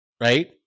right